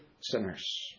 sinners